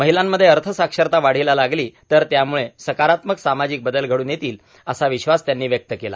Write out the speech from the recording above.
महिलांमध्ये अर्थ साक्षरता वाढीला लागली तर त्यामुळे सकारात्मक सामाजिक बदल घडून येतील असा विश्वास त्यांनी व्यक्त केला